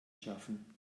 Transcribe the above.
schaffen